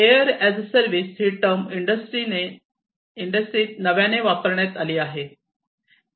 air as a service ही term इंडस्ट्रीजने नव्याने वापरण्यात आणली आहे त्याबद्दल आपण लवकरच बोलू